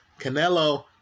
Canelo